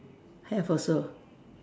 have also